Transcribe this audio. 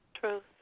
Truth